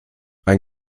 ein